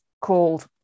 called